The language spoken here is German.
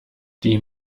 die